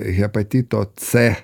hepatito c